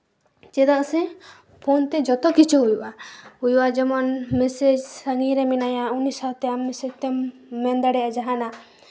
ᱪᱮᱫᱟᱜ ᱥᱮ ᱯᱷᱚᱱ ᱛᱮ ᱡᱚᱛᱚ ᱠᱤᱪᱷᱩ ᱦᱩᱭᱩᱜᱼᱟ ᱦᱩᱭᱩᱜᱼᱟ ᱡᱮᱢᱚᱱ ᱢᱮᱥᱮᱡᱽ ᱥᱟᱺᱜᱤᱧ ᱨᱮ ᱢᱮᱱᱟᱭᱟ ᱩᱱᱤ ᱥᱟᱶᱛᱮ ᱟᱢ ᱢᱮᱥᱮᱡᱽ ᱛᱮᱢ ᱢᱮᱱ ᱫᱟᱲᱮᱭᱟᱜᱼᱟ ᱡᱟᱦᱟᱱᱟᱜ